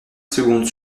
secondes